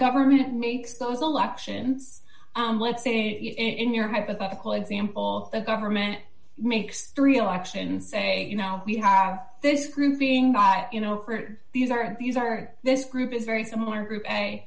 government makes those elections let's say in your hypothetical example the government makes three auctions a you know we have this group being not you know these are these are this group is very similar group a